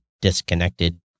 disconnected